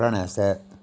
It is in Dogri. पढ़ाने आस्तै